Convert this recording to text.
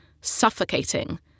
suffocating